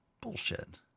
Bullshit